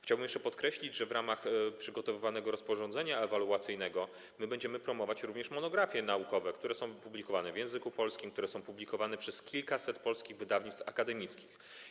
Chciałbym podkreślić, że w ramach przygotowywanego rozporządzenia ewaluacyjnego będziemy promować również monografie naukowe, które są publikowane w języku polskim, są publikowane przez kilkaset polskich wydawnictw akademickich.